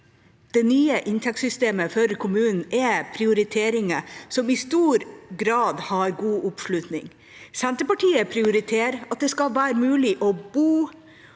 Det nye inntektssystemet for kommunene er prioriteringer som i stor grad har god oppslutning. Senterpartiet prioriterer at det skal være mulig å bo,